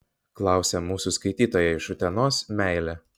klausia mūsų skaitytoja iš utenos meilė